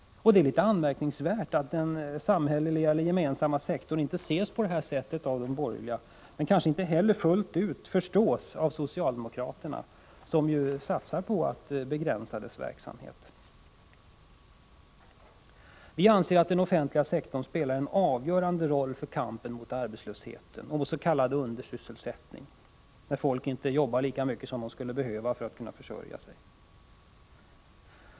Det är litet anmärkningsvärt att den offentliga sektorn inte ses på det här sättet av de borgerliga och att detta synsätt kanske inte heller fullt ut omfattas av socialdemokraterna, som ju satsar på att begränsa dess verksamhet. Vi anser att den offentliga sektorn spelar en avgörande roll för kampen mot arbetslöshet och s.k. undersysselsättning — när folk inte arbetar lika mycket som de skulle behöva för att kunna försörja sig.